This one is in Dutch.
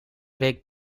week